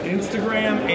Instagram